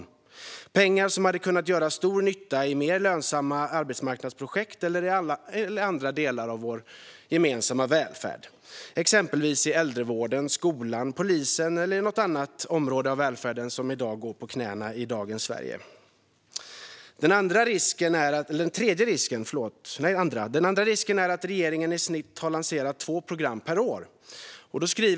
Det är pengar som hade kunnat göra stor nytta i mer lönsamma arbetsmarknadsprojekt eller i andra delar av vår gemensamma välfärd, exempelvis inom äldrevården, skolan, polisen eller inom något annat område i välfärden där man i dagens Sverige går på knäna. Den andra risken är att regeringen i snitt har lanserat två program per år.